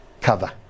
cover